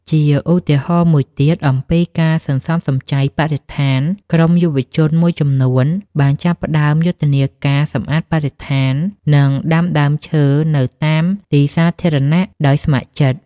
ជាឧទាហរណ៍មួយទៀត អំពីការសន្សំសំចៃបរិស្ថាន ក្រុមយុវជនមួយចំនួនបានចាប់ផ្តើមយុទ្ធនាការសម្អាតបរិស្ថាន និងដាំដើមឈើនៅតាមទីសាធារណៈដោយស្ម័គ្រចិត្ត។